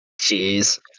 jeez